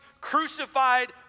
crucified